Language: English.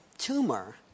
tumor